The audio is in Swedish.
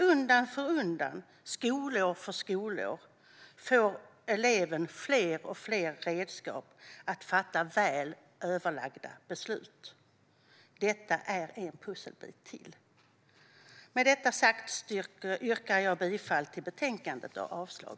Undan för undan, skolår för skolår, får eleven fler och fler redskap för att fatta väl överlagda beslut. Detta är en pusselbit till. Med detta sagt yrkar jag bifall till utskottets förslag.